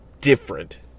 different